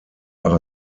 are